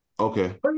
Okay